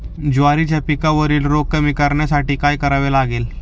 ज्वारीच्या पिकावरील रोग कमी करण्यासाठी काय करावे लागेल?